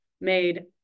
made